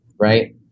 Right